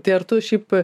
tai ar tu šiaip